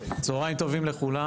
צהרים טובים לכולם.